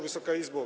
Wysoka Izbo!